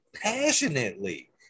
passionately